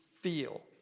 feel